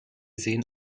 sehen